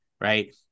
right